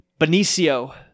Benicio